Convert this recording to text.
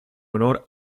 honor